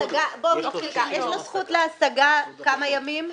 יש לו זכות להשגה כמה ימים?